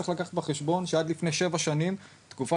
צריך לקחת בחשבון שעד לפני שבע שנים תקופת